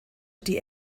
die